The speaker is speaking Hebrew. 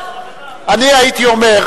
אני הייתי אומר,